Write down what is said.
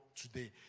today